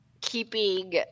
keeping